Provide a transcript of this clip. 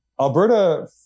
Alberta